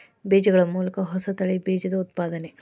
ಬೇಜಗಳ ಮೂಲಕ ಹೊಸ ತಳಿಯ ಬೇಜದ ಉತ್ಪಾದನೆ